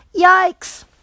Yikes